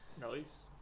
Nice